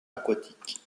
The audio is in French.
aquatique